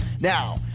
Now